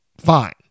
fine